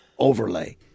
overlay